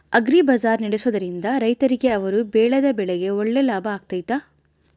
Agri bazaar ನಡೆಸ್ದೊರಿಂದ ರೈತರಿಗೆ ಅವರು ಬೆಳೆದ ಬೆಳೆಗೆ ಒಳ್ಳೆ ಲಾಭ ಆಗ್ತೈತಾ?